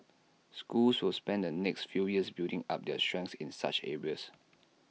schools will spend the next few years building up their strengths in such areas